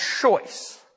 choice